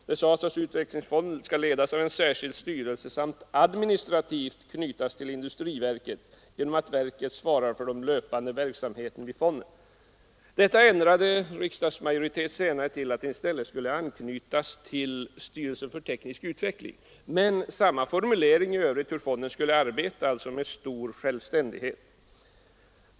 Det sades att utvecklingsfonden skulle ledas av en särskild styrelse samt administrativt knytas till industriverket genom att verket svarade för den löpande verksamheten i fonden. Detta ändrade riksdagsmajoriteten senare till att den i stället skulle anknytas till styrelsen för teknisk utveckling, men formuleringen i övrigt var densamma — att fonden skulle arbeta under stor självständighet.